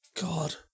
God